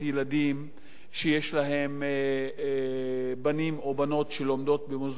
שיש להן בנים או בנות שלומדים במוסדות להשכלה גבוהה,